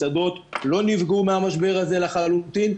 מסעדות לא נפגעו מהמשבר הזה לחלוטין,